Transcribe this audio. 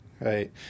Right